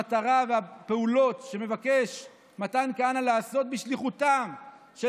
המטרה והפעולות שמבקש מתן כהנא לעשות בשליחותם של